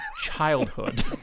childhood